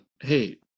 hey